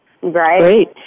Great